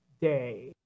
day